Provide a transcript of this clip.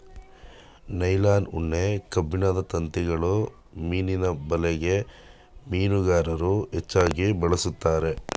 nylon, ಉಣ್ಣೆ, ಕಬ್ಬಿಣದ ತಂತಿಗಳು ಮೀನಿನ ಬಲೆಗೆ ಮೀನುಗಾರರು ಹೆಚ್ಚಾಗಿ ಬಳಸ್ತರೆ